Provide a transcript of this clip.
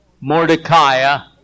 Mordecai